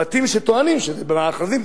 בתים שטוענים שהם במאחזים,